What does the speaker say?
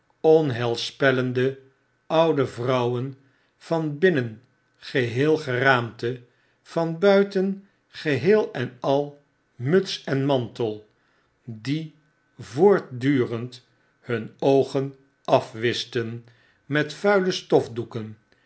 onheilspellende oude vrouwen van binnen geheel geraamte van buiten geheel en al muts en mantel die voortdurend nun oogen afwischten met vuile stofdoeken